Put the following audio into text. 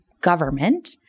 government